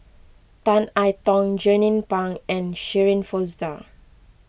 Tan I Tong Jernnine Pang and Shirin Fozdar